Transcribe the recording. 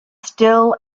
still